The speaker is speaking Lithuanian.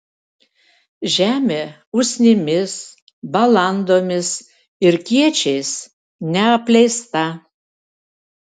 žemė usnimis balandomis ir kiečiais neapleista